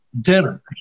dinner